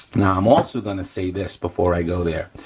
now i'm also gonna say this before i go there,